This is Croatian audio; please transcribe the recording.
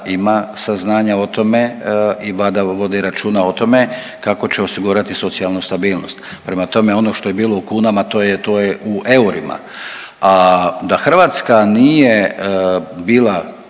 ima saznanja o tome i Vlada vodi računa o tome kako će osigurati socijalnu stabilnost. Prema tome, ono što je bilo u kunama to je, to je u eurima, a da Hrvatska nije bila